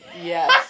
yes